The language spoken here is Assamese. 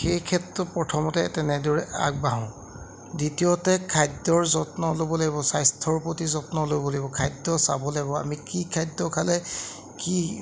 সেইক্ষেত্ৰ প্ৰথমতে তেনেদৰে আগবাঢ়োঁ দ্বিতীয়তে খাদ্যৰ যত্ন ল'ব লাগিব স্বাস্থ্যৰ প্ৰতি যত্ন ল'ব লাগিব খাদ্য চাব লাগিব আমি কি খাদ্য খালে কি